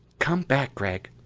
come back, gregg!